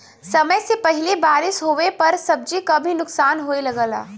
समय से पहिले बारिस होवे पर सब्जी क भी नुकसान होये लगला